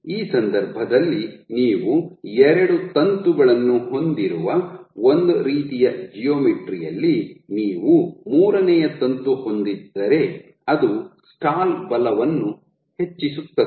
ಈ ಸಂದರ್ಭದಲ್ಲಿ ನೀವು ಎರಡು ತಂತುಗಳನ್ನು ಹೊಂದಿರುವ ಒಂದು ರೀತಿಯ ಜಿಯೋಮೆಟ್ರಿ ಯಲ್ಲಿ ನೀವು ಮೂರನೆಯ ತಂತು ಹೊಂದಿದ್ದರೆ ಅದು ಸ್ಟಾಲ್ ಬಲವನ್ನು ಹೆಚ್ಚಿಸುತ್ತದೆ